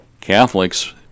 Catholics